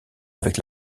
avec